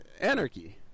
anarchy